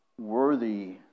worthy